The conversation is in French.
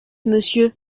monsieur